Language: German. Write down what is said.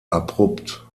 abrupt